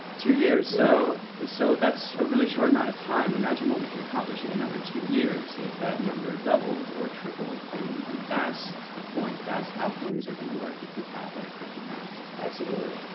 two years. so so that's a really short amount of time. imagine what we could accomplish in another two years if that number doubled or tripled. and and that's the point. that's how things are going to work if we have that critical mass. absolutely.